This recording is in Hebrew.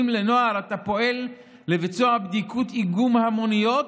לנוער אתה פועל לביצוע בדיקות איגום המוניות,